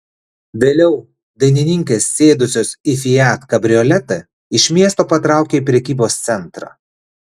vėliau dainininkės sėdusios į fiat kabrioletą iš miesto patraukė į prekybos centrą